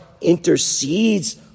intercedes